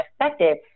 effective